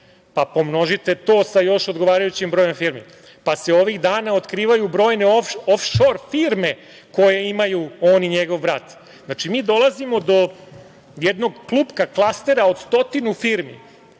pa, pomnožite to sa još odgovarajućim brojem firmi. Pa, se ovih dana otkrivaju brojne ofšor firme koje imaju on i njegov brat. Znači, mi dolazimo do jednog klupka, klastera, od stotinu firmi.